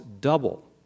double